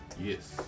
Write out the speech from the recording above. Yes